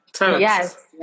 Yes